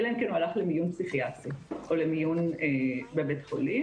אלא אם כן הוא הלך למיון פסיכיאטרי או למיון בבית חולים,